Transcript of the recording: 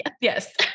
Yes